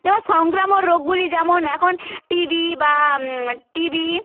যেমন সংক্রামক রোগগুলি যেমন এখন টিবি বা টিবি